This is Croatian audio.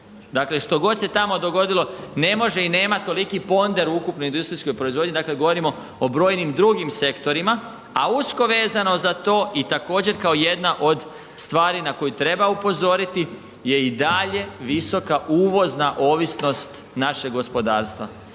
Dakle, što god se tamo dogodilo ne može i nema toliki ponder u ukupnoj industrijskoj proizvodnji, dakle govorimo o brojnim drugim sektorima, a usko vezano za to i također kao jedna od stvari na koju treba upozoriti je i dalje visoka uvozna ovisnost našeg gospodarstva.